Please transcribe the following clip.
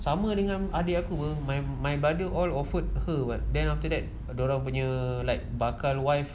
sama dengan adik aku my my brother all offered her [what] then after that dia orang punya like bakal wife